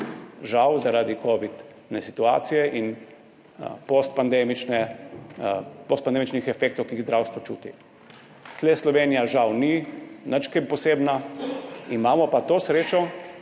žal, zaradi covidne situacije in postpandemičnih efektov, ki jih zdravstvo čuti. Tu Slovenija žal, ni nič kaj posebna, imamo pa to srečo,